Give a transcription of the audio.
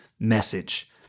Message